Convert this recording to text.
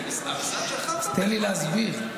זה המשרד שלך מטפל --- תן לי להסביר,